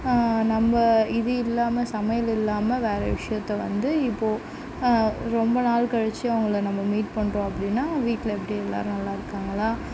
நம்ப இது இல்லாமல் சமையல் இல்லாமல் வேறு விஷயத்தை வந்து இப்போது ரொம்ப நாள் கழித்து அவுங்கள நம்ப மீட் பண்ணுறோம் அப்டின்னா வீட்டில் எப்படி எல்லோரும் நல்லாயிருக்காங்ளா